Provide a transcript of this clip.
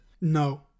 no